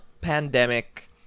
pandemic